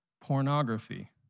pornography